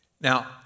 Now